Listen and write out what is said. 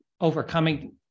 overcoming